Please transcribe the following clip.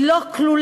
היא לא כלולה